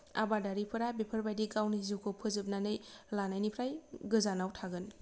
आबादारिफोरा बेफोरबायदि गावनि जिउखौ फोजोबनानै लानायनिफ्राय गोजानाव थागोन